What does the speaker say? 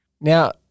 Now